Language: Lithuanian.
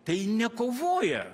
tai jin nekovoja